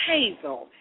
Hazel